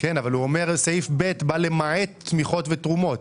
אומר שפסקה (2) באה למעט תמיכות ותרומות.